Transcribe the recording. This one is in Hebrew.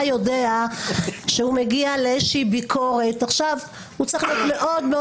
יודע שהוא מגיע לאיזושהי ביקורת ועכשיו הוא צריך להיות מאוד מאוד